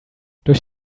durch